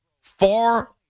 far